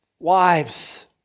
Wives